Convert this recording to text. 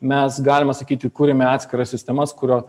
mes galima sakyti kuriame atskiras sistemas kurio